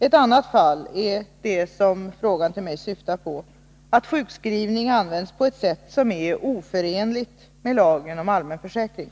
Ett annat fall är det som frågan till mig syftar på — att sjukskrivning används på ett sätt som är oförenligt med lagen om allmän försäkring.